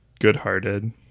good-hearted